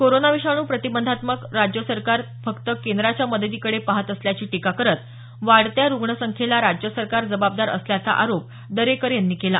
corona विषाणू प्रतिबंधाबाबत राज्य सरकार फक्त केंद्राच्या मदतीकडे पाहत असल्याची टीका करत वाढत्या रुग्ण संख्येला राज्य सरकार जबाबदार असल्याचा आरोप दरेकर यांनी केला